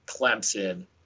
Clemson